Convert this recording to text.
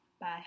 Bye